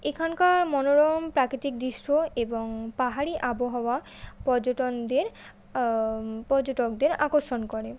এখানকার মনোরম প্রাকৃতিক দৃশ্য এবং পাহাড়ি আবহাওয়া পর্যটকদের পর্যটকদের আকর্ষণ করে